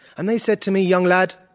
and they said to me, young lad,